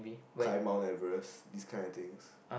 climb Mount-Everest these kinda things